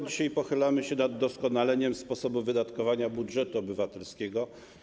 Dzisiaj pochylamy się nad doskonaleniem sposobu wydatkowania budżetu obywatelskiego.